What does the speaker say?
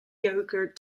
yogurt